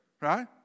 right